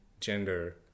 gender